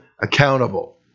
accountable